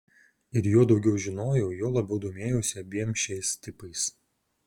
ir juo daugiau žinojau juo labiau domėjausi abiem šiais tipais